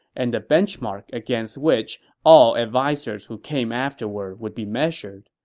and the benchmark against which all advisers who came afterward would be measured.